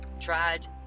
tried